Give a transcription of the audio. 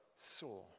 saw